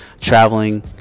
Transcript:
traveling